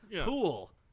pool